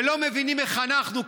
ולא מבינים איך אנחנו,